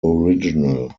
original